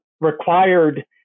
required